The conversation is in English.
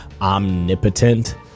omnipotent